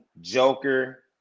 Joker